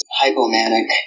hypomanic